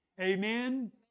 Amen